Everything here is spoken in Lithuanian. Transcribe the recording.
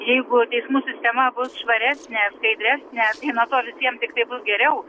jeigu teismų sistema bus švaresnė skaidresnė nuo to visiem tik tai bus geriau